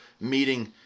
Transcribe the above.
meeting